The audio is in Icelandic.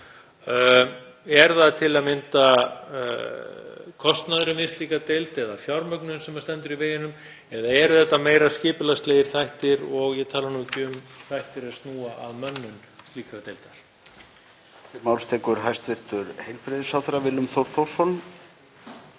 Er það til að mynda kostnaðurinn við slíka deild eða fjármögnun sem stendur í veginum eða eru þetta meira skipulagslegir þættir og ég tala nú ekki um þættir sem snúa að mönnun slíkrar deildar?